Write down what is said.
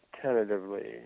tentatively